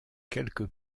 quelque